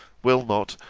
will not,